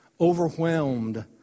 overwhelmed